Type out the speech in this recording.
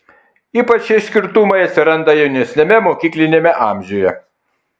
ypač šie skirtumai atsiranda jaunesniame mokykliniame amžiuje